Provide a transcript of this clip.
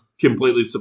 completely